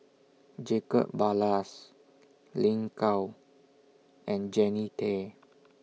Jacob Ballas Lin Gao and Jannie Tay